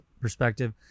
perspective